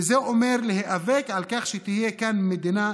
וזה אומר להיאבק על כך שתהיה כאן מדינת